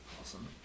Awesome